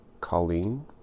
Colleen